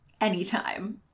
anytime